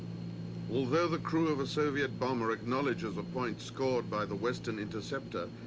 although the crew of a soviet bomber acknowledges a point scored by the western interceptor,